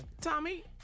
Tommy